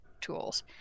tools